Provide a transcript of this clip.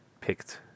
picked